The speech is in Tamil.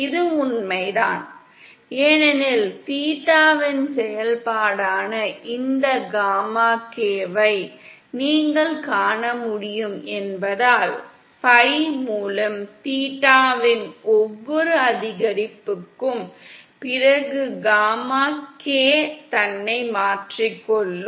இது உண்மைதான் ஏனெனில் தீட்டாவின் செயல்பாடான இந்த காமா k வை நீங்கள் காண முடியும் என்பதால் பை மூலம் தீட்டாவின் ஒவ்வொரு அதிகரிப்புக்கும் பிறகு காமா k தன்னை மாற்றிக் கொள்ளும்